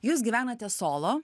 jūs gyvenate solo